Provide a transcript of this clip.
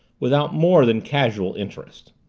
without more than casual interest.